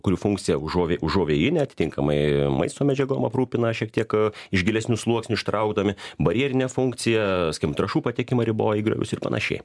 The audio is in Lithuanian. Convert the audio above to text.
kurių funkcijaužuovėjinė atitinkamai maisto medžiagom aprūpina šiek tiek iš gilesnių sluoksnių ištraukdami barjerinę funkciją sakykim trąšų patekimą riboja į griovius ir panašiai